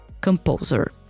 composer